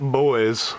boys